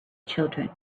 children